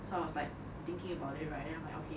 so I was like thinking about it right then I'm like okay